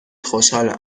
خوشحالم